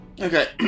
Okay